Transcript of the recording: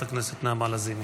חברת הכנסת נעמה לזימי.